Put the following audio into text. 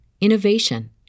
innovation